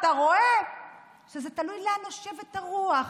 אתה רואה שזה תלוי לאן נושבת הרוח.